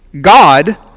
God